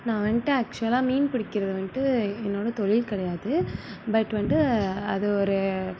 நான் வந்துட்டு ஆக்சுவலாக மீன் பிடிக்கிறது வந்துட்டு என்னோட தொழில் கிடையாது பட் வந்துட்டு அது ஒரு